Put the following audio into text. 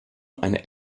eine